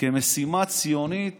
כמשימה ציונית